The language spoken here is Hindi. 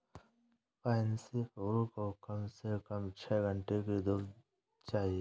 पैन्सी फूल को कम से कम छह घण्टे की धूप चाहिए